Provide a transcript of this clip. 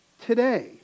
today